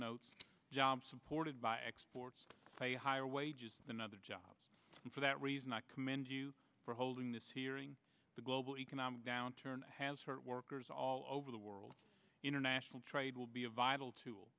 notes jobs supported by exports pay higher wages than other jobs and for that reason i commend you for holding this hearing the global economic downturn has hurt workers all over the world international trade will be a vital tool